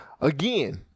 again